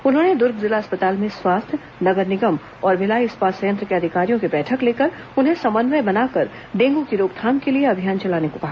उन्होंने दुर्ग जिला अस्पताल में स्वास्थ्य नगर निगम और भिलाई इस्पात संयंत्र के अधिकारियों की बैठक लेकर उन्हें समन्वय बनाकर डेंगू की रोकथाम के लिए अभियान चलाने कहा